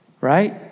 right